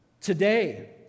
Today